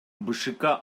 бшк